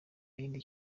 yindi